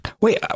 Wait